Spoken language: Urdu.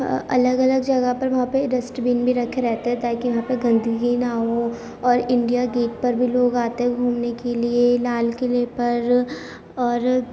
الگ الگ جگہ پر وہاں پہ ڈسٹبن بھی رکھے رہتے ہیں تاکہ یہاں پہ گندگی نہ ہو اور انڈیا گیٹ پر بھی لوگ آتے ہیں گھومنے کے لیے لال قلعہ پر اور